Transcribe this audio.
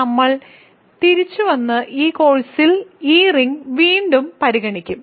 നമ്മൾ തിരിച്ചുവന്ന് ഈ കോഴ്സിൽ ഈ റിങ് വീണ്ടും പരിഗണിക്കും